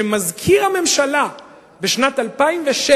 שמזכיר הממשלה בשנת 2006,